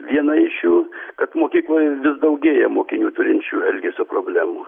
viena iš jų kad mokykloje vis daugėja mokinių turinčių elgesio problemų